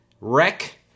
Wreck